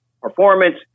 performance